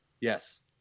Yes